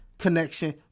connection